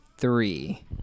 three